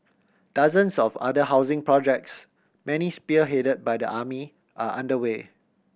dozens of other housing projects many spearheaded by the army are underway